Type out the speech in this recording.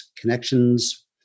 connections